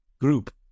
group